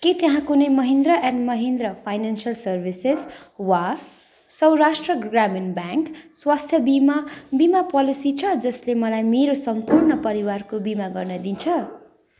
के त्यहाँ कुनै Mahindra and Mahindra financial services वा सौराष्ट्र ग्रामीण ब्याङ्क स्वास्थ्य बिमा बिमा पोलेसी छ जसले मलाई मेरो सम्पूर्ण परिवारको बिमा गर्न दिन्छ